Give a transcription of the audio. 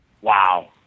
Wow